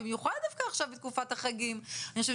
במיוחד עכשיו בתקופת החגים אני חושבת